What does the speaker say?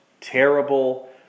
terrible